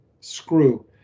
screw